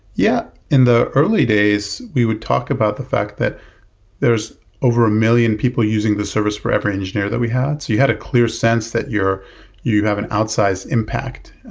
yeah. in the early days, we would talk about the fact that there is over a million people using the service for every engineer that we had. so you had a clear sense that you have an outsized impact.